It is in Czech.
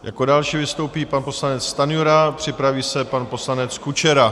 Jako další vystoupí pan poslanec Stanjura, připraví se pan poslanec Kučera.